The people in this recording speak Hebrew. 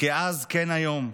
כאז כן היום,